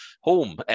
home